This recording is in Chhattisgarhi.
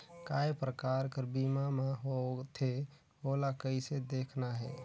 काय प्रकार कर बीमा मा होथे? ओला कइसे देखना है?